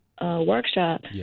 workshop